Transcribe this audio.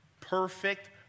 perfect